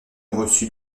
reçut